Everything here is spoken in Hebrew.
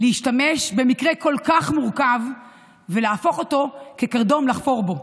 מאשר להשתמש במקרה כל כך מורכב ולהפוך אותו קרדום לחפור בו.